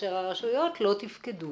כאשר הרשויות לא תפקדו